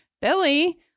Billy